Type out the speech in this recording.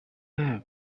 have